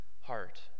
heart